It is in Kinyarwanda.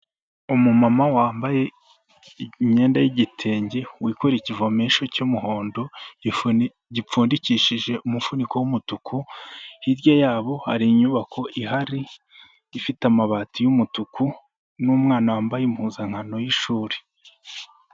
Umumama wambaye imyenda y'igitenge. wikoreye ikivomesho cy'umuhondo gipfundikishije umuvuniko w'umutuku, hirya yabo hari inyubako ,ihari ifite amabati y'umutuku n'umwana wambaye impuzankano y'ishuri.